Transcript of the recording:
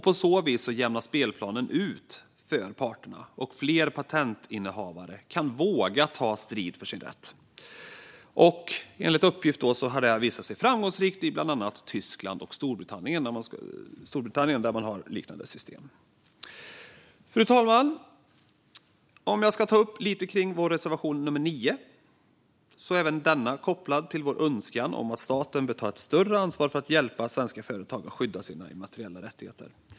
På så vis jämnas spelplanen ut för parterna, och fler patentinnehavare kan våga ta strid för sin rätt. Enligt uppgift har detta visat sig framgångsrikt i bland annat Tyskland och Storbritannien, där man har liknande system. Fru talman! Vår reservation 9 är även den kopplad till vår önskan om att staten ska ta ett större ansvar för att hjälpa svenska företag att skydda sina immateriella rättigheter.